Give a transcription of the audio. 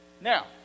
Now